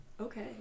Okay